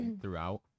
throughout